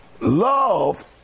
love